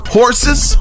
horses